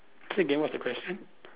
say again what's the question